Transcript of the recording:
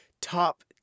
top